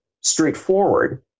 straightforward